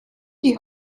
die